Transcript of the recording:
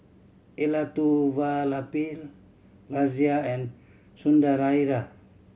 Elattuvalapil Razia and Sundaraiah